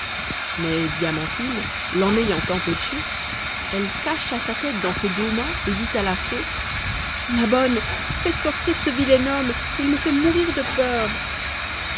mais diamantine l'en ayant empêchée elle cacha sa tête dans ses deux mains et dit à la fée ma bonne faites sortir ce vilain homme il me fait mourir de peur